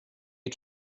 you